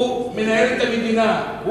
הוא מנהל את המדינה.